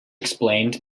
explained